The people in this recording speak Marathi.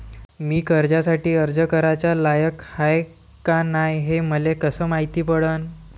मी कर्जासाठी अर्ज कराचा लायक हाय का नाय हे मले कसं मायती पडन?